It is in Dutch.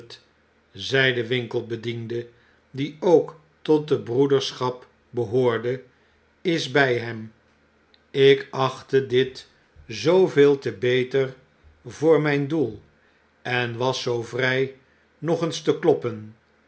zei dewinkelbediende die ook tot de broederschapbehoorde isbijhem jk achtte dit zooveel te beter voor mijn doel en was zoo vrij nog eens te kloppen